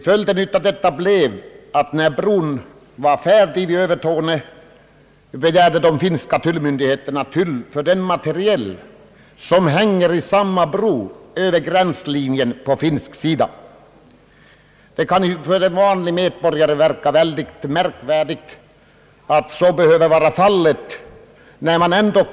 Följden av detta blev att när bron vid Övertorneå var färdig, begärde de finska tullmyndigheterna tull för det material som ingår i bron på den finska sidan om gränsen. För en vanlig medborgare förefaller det ganska märkvärdigt att ett sådant krav kan framställas.